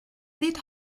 nid